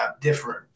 different